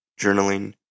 journaling